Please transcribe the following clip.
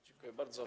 Dziękuję bardzo.